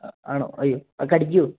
അ ആണോ അയ്യോ അത് കടിക്കുമോ